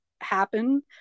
happen